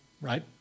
right